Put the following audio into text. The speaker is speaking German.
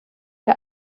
der